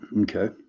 Okay